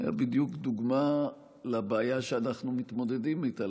היה בדיוק דוגמה לבעיה שאנחנו מתמודדים איתה.